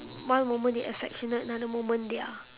one moment they affectionate another moment they are